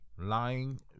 lying